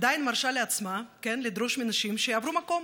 עדיין מרשה לעצמה לדרוש מנשים שיעברו מקום,